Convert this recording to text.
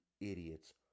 idiots